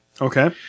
Okay